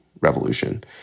revolution